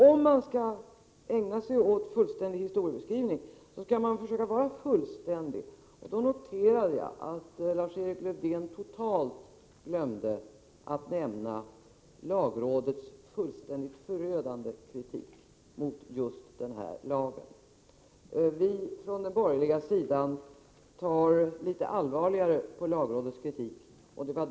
Om man skall ägna sig åt fullständig historiebeskrivning, måste man försöka vara fullständig. Jag noterade att Lars-Erik Lövdén totalt glömde bort att nämna lagrådets förödande kritik mot just denna lag. Från den borgerliga sidan tar vi litet allvarligare på lagrådets kritik.